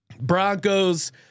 Broncos